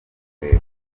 kureba